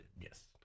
Yes